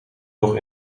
nog